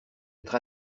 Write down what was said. être